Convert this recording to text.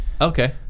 Okay